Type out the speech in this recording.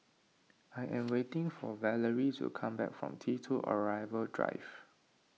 I am waiting for Valery to come back from T two Arrival Drive